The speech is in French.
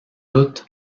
doute